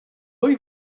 pwy